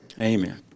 Amen